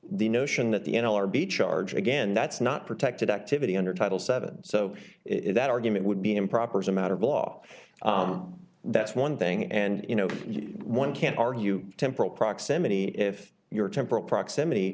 the notion that the n l r b charge again that's not protected activity under title seven so if that argument would be improper as a matter of law that's one thing and you know one can't argue temporal proximity if you're temporal proximity